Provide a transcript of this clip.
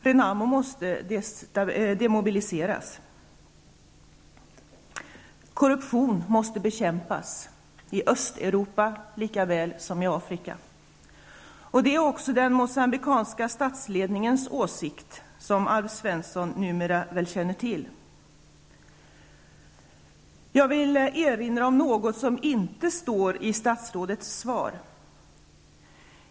Renamo måste demobiliseras. Korruption måste bekämpas, i Östeuropa likaväl som i Afrika. Det är också den moçambikiska statsledningens åsikt, som väl Alf Svensson numera känner till. Jag vill erinra om något som inte står i statsrådets svar.